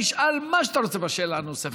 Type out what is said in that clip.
תשאל מה שאתה רוצה בשאלה הנוספת.